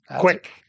Quick